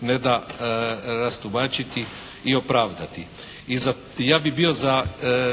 ne da rastumačiti i opravdati. I ja bih bio za,